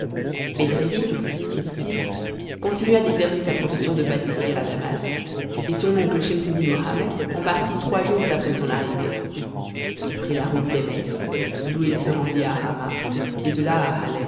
bedreddin ditil continua d'exercer sa profession de pâtissier à damas et son oncle schemseddin mohammed en partit trois jours après son arrivée il prit la route d'emesse d'où il se rendit à hamah et de là